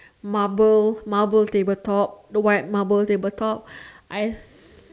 marble marble table top the white marble table top I